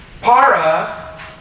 Para